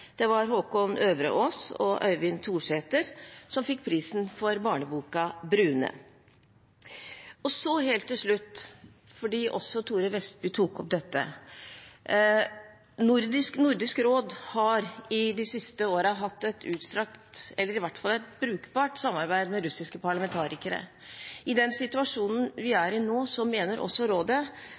Det var Håkon Øvreås og Øyvind Torseter som fikk prisen for barneboka «Brune». Så helt til slutt, fordi også Thore Vestby tok opp dette: Nordisk råd har de siste årene hatt et utstrakt – eller i hvert fall brukbart – samarbeid med russiske parlamentarikere. I den situasjonen vi er i nå, mener rådet at på et eller annet nivå bør også